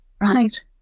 Right